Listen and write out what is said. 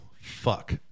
Fuck